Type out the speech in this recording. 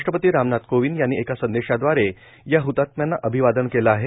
राष्ट्रपती रामनाथ कोविंद यांनी एका संदेशाद्वारे या हतात्म्यांना अभिवादन केलं आहे